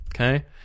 Okay